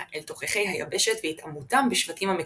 אל תוככי היבשת והיטמעותם בשבטים המקומיים.